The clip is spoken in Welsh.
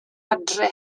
adre